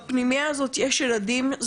זה פנימייה פוסט-אשפוזית.